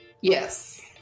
Yes